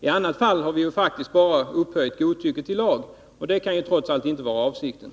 Eljest har vi faktiskt upphöjt godtycke till lag. Det kan trots allt inte vara avsikten.